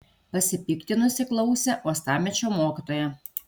pasipiktinusi klausė uostamiesčio mokytoja